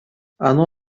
оно